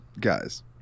Guys